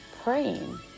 praying